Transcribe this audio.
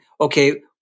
okay